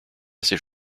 assez